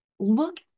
Look